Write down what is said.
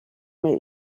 mir